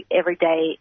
everyday